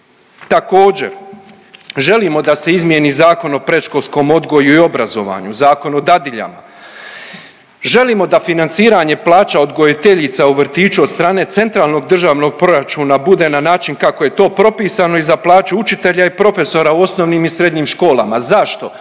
Također želimo da se izmijeni Zakon o predškolskom odgoju i obrazovanju, Zakon o dadiljama, želimo da financiranje plaća odgojiteljica u vrtiću od strane centralnog državnog proračuna bude na način kako je to propisano i za plaću učitelja i profesora u osnovnim i srednjim školama. Zašto?